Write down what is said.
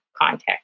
context